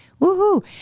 woohoo